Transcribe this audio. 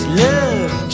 love